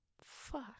Fuck